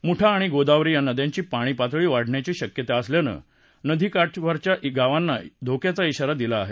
मुठा आणि गोदावरी या नद्यांची पाणीपातळी वाढण्याची शक्यता असल्यानं नदीकाठावरच्या गावांना धोक्याचा आरा दिला आहे